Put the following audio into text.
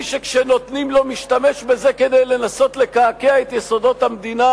מי שכשנותנים לו משתמש בזה כדי לנסות ולקעקע את יסודות המדינה,